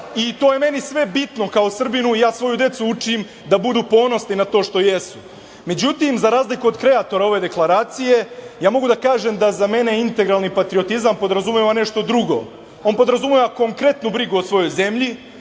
i to je meni sve bitno kao Srbinu i ja svoju decu učim da budu ponosni na to što jesu. Međutim, za razliku od kreatora ove deklaracije, ja mogu da kažem da za mene integralni patriotizam podrazumeva nešto drugo. On podrazumeva konkretnu brigu o svojoj zemlji,